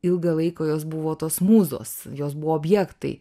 ilgą laiką jos buvo tos mūzos jos buvo objektai